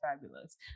fabulous